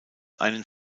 einen